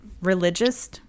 religious